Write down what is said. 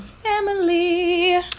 Family